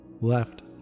left